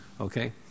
Okay